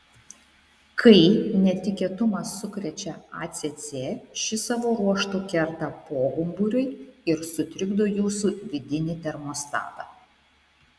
kai netikėtumas sukrečia acc ši savo ruožtu kerta pogumburiui ir sutrikdo jūsų vidinį termostatą